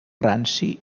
ranci